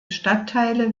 stadtteile